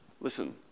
Listen